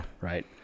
Right